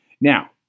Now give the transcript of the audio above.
Now